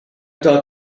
taught